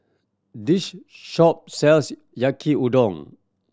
this shop sells Yaki Udon